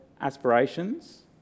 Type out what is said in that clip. aspirations